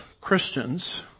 Christians